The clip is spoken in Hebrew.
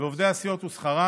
בעובדי הסיעות ושכרם,